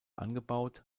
angebaut